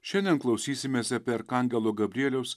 šiandien klausysimės apie arkangelo gabrieliaus